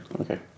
Okay